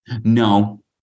No